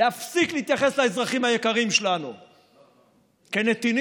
להפסיק להתייחס לאזרחים היקרים שלנו כאל נתינים,